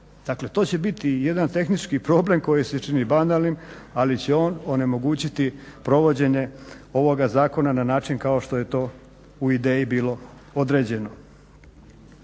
dakle to će biti jedan tehnički problem koji se čini banalnim, ali će on onemogućiti provođenje ovoga zakona na način kao što je to u ideji bilo određeno.